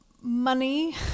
money